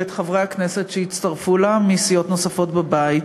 ואת חברי הכנסת שהצטרפו אליה מסיעות נוספות בבית.